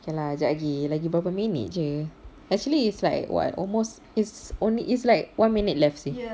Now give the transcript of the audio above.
okay lah jap lagi lagi berapa minit jer actually it's like what almost it's only it's like one minute left seh